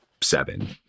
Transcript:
seven